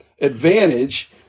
advantage